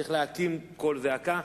צריך להקים קול זעקה,